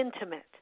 intimate